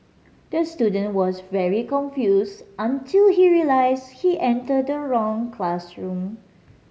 the student was very confused until he realised he entered the wrong classroom